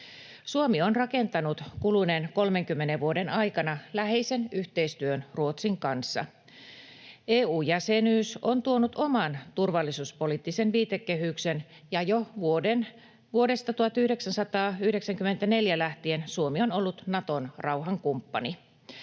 Suomi on rakentanut kuluneen 30 vuoden aikana läheisen yhteistyön Ruotsin kanssa. EU-jäsenyys on tuonut oman turvallisuuspoliittisen viitekehyksen, ja jo vuodesta 1994 lähtien Suomi on ollut Naton rauhankumppani.